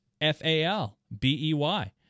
F-A-L-B-E-Y